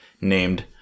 named